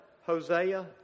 Hosea